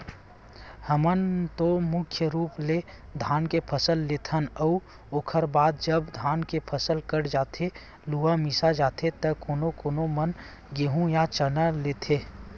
हमन तो मुख्य रुप ले धान के फसल लेथन अउ ओखर बाद जब धान के फसल कट जाथे लुवा मिसा जाथे त कोनो कोनो मन गेंहू या चना लेथे